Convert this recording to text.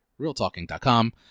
RealTalking.com